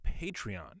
Patreon